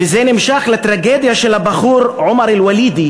וזה נמשך לטרגדיה של הבחור עומר ואליד,